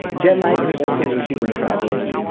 jetlag is also an issue when traveling.